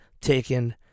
taken